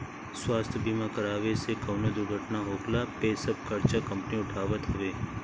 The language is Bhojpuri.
स्वास्थ्य बीमा करावे से कवनो दुर्घटना होखला पे सब खर्चा कंपनी उठावत हवे